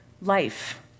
life